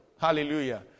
Hallelujah